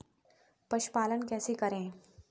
पशुपालन कैसे करें?